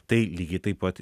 tai lygiai taip pat